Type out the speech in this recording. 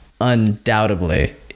undoubtedly